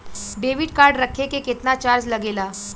Debit card रखे के केतना चार्ज लगेला?